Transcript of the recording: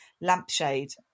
lampshade